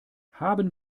haben